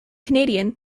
canadian